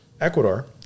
Ecuador